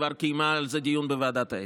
כבר קיימה על זה דיון בוועדת האתיקה.